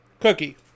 Cookie